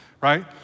right